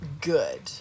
good